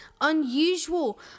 unusual